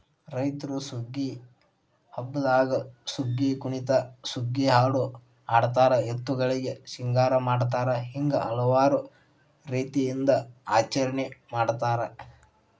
ರೈತ್ರು ಸುಗ್ಗಿ ಹಬ್ಬದಾಗ ಸುಗ್ಗಿಕುಣಿತ ಸುಗ್ಗಿಹಾಡು ಹಾಡತಾರ ಎತ್ತುಗಳಿಗೆ ಸಿಂಗಾರ ಮಾಡತಾರ ಹಿಂಗ ಹಲವಾರು ರೇತಿಯಿಂದ ಆಚರಣೆ ಮಾಡತಾರ